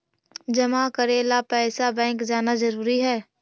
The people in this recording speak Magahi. जमा करे ला पैसा बैंक जाना जरूरी है?